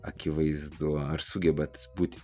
akivaizdu ar sugebat būt